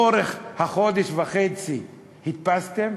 לאורך החודש-וחצי, הדפסתם.